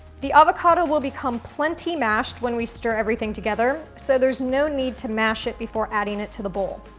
the avocado will become plenty mashed when we stir everything together, so there's no need to mash it before adding it to the bowl.